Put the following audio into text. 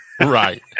right